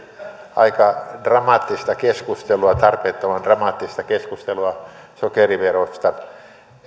aika dramaattista keskustelua tarpeettoman dramaattista keskustelua sokeriverosta